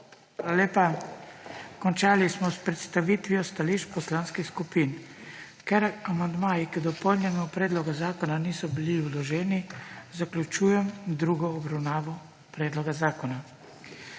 vam. Končali smo predstavitev stališč poslanskih skupin. Ker amandmaji k dopolnjenemu predlogu zakona niso bili vloženi, zaključujem drugo obravnavo predloga zakona.